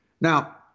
Now